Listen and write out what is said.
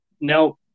Now